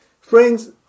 Friends